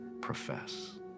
profess